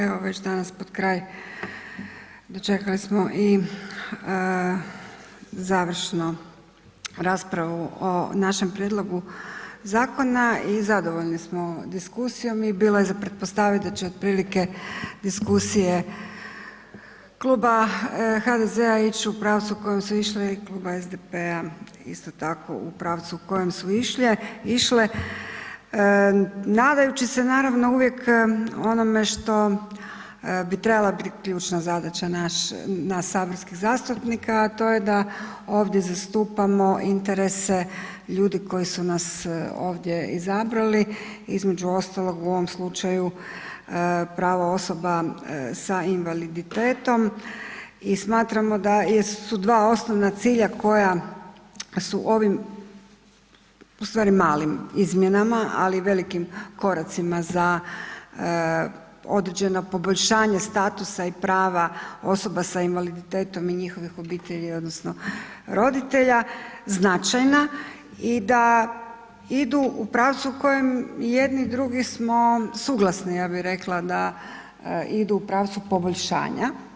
Evo već danas pred kraj dočekali smo i završnu raspravu o našem prijedlogu zakona i zadovoljni smo diskusijom i bilo je za pretpostaviti da će otprilike diskusije Kluba HDZ-a ići u pravcu u kojem su išli Kluba SDP-a isto tako u pravcu u kojem su išle nadajući se naravno uvijek onome što bi trebala biti ključna zadaća nas saborskih zastupnika, a to je da ovdje zastupamo interese ljudi koji su nas ovdje izabrali, između ostalog, u ovom slučaju pravo osoba sa invaliditetom i smatramo da su dva osnovna cilja koja su ovim u stvari malim izmjenama, ali velikim koracima za određeno poboljšanje statusa i prava osoba sa invaliditetom i njihovih obitelji, odnosno roditelja, značajna i da idu u pravcu u kojem jedni i drugi smo suglasni, ja bih rekla da idu u pravcu poboljšanja.